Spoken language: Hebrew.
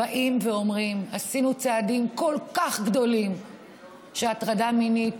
באים ואומרים: עשינו צעדים כל כך גדולים שהטרדה מינית